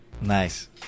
Nice